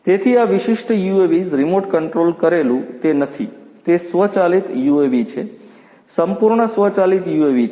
તેથી આ વિશિષ્ટ UAVs રીમોટ કંટ્રોલ કરેલું તે નથી તે સ્વચાલિત યુએવી છે સંપૂર્ણ સ્વચાલિત યુએવી છે